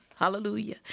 Hallelujah